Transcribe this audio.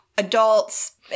adults